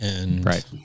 Right